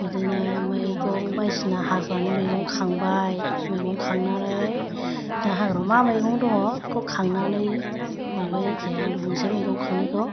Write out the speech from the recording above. बिदिनो मैगं बायदिसिना हाग्रानि मैगं खांबाय मैगं खांनानै दा हाग्रायाव मा मैगं दङ बेखौ खांनानै माबायो आरोखि आं बुंनोसै मैगं खांनायखौ